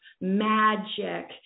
magic